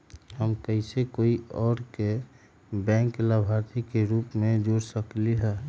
हम कैसे कोई और के बैंक लाभार्थी के रूप में जोर सकली ह?